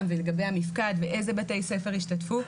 ולגבי המפקד ואיזה בתי ספר השתתפו.